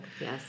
yes